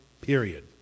period